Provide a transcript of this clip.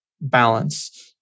balance